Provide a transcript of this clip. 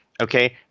Okay